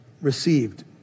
received